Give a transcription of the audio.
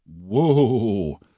whoa